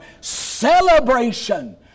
celebration